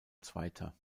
zweiter